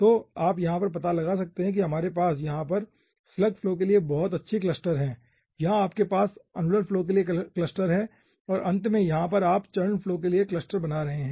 तो आप यहाँ पर पता लगा सकते हैं कि हमारे पास यहां पर स्लग फ्लो के लिए बहुत अच्छे क्लस्टर हैं यहाँ आपके पास अनुलर फ्लो के लिए क्लस्टर हैं और अंत में यहाँ पर आप चर्ण फ्लो के लिए क्लस्टर बना रहे हैं